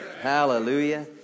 Hallelujah